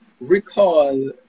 recall